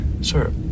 Sir